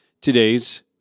today's